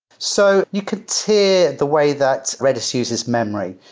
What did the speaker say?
so you could see the way that redis uses memory.